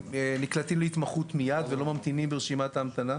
נקלטים להתמחות מיד ולא ממתינים ברשימת ההמתנה,